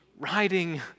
riding